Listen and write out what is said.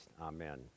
Amen